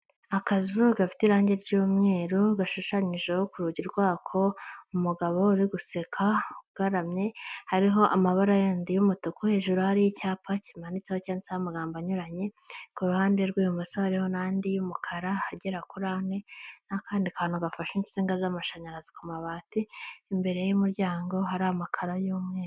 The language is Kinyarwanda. Akazu gafite irangi ry'umweru, gashushanyijeho ku rugi rwako umugabo uri guseka ugararamye, hariho amabara yandi y'umutuku, hejuru hariho icyapa kimanitseho cyanditseho amagambo anyuranye, ku ruhande rw'ibumoso hariho n'andi y'umukara agera kuri ane n'akandi kantu gafasha insinga z'amashanyarazi ku mabati, imbere y'umuryango hari amakaro y'umweru.